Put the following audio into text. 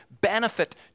benefit